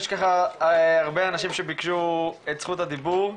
יש פה הרבה אנשים שביקשו את זכות הדיבור.